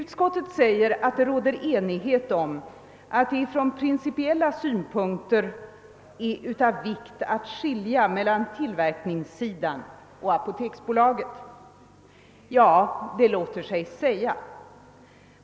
Utskottet skriver att det råder enighet om att det från principiella synpunkter är av vikt att skilja mellan tillverkningssidan och apoteksbolaget. Ja, det låter sig säga.